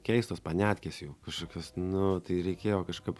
keistos paniatkės jau kažkokios nu tai reikėjo kažkaip